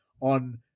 on